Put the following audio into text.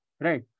Right